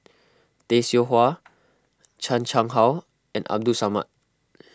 Tay Seow Huah Chan Chang How and Abdul Samad